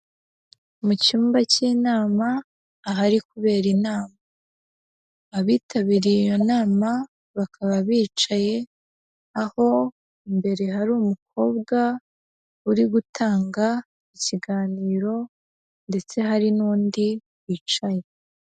Mu cyumba cy'inama ahari kubera inama, abitabiriye iyo nama bakaba bicaye, aho imbere hari umukobwa uri gutanga ikiganiro ndetse hari n'undi wicaye.